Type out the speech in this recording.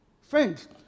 Friends